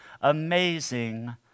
amazing